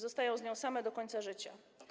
Zostają z nią same do końca życia.